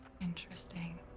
Interesting